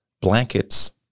blankets